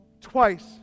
Twice